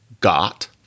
got